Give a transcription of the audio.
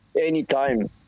anytime